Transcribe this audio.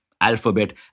Alphabet